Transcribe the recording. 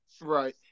Right